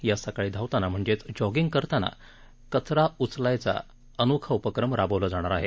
यात सकाळी धावताना म्हणजेच जॉगिंग करताना कचरा उचलायचा अनोखा उपक्रम राबवला जाणार आहे